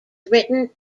written